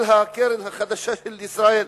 על הקרן החדשה לישראל.